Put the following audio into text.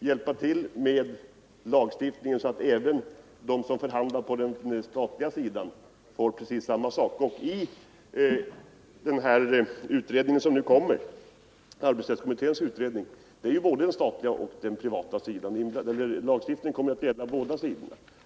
hjälpa till med lagstiftningen, så att man får samma möjligheter på båda håll. I den utredning som nu tillsätts kommer lagstiftningen också att gälla båda sidorna.